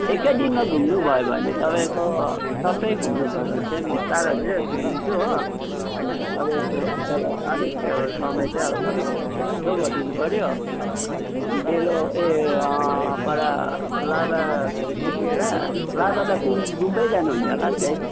एकै दिनमा घुम्नु भयो भने तपाईँको सबै घुम्नु भयो भने चाहिँ चार हजार जति लिन्छु हो तपाईँको तर अलिक अब समय चाहिँ अब तपाईँले छिट्छिटो गरिदिनु पऱ्यो डेलो ए पहिला लाभा पुगेर लाभैदेखि गुम्पै जाने होला सायद